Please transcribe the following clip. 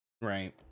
Right